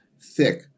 thick